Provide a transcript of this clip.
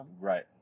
Right